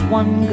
one